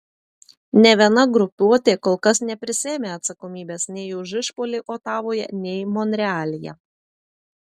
nė viena grupuotė kol kas neprisiėmė atsakomybės nei už išpuolį otavoje nei monrealyje